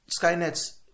Skynet's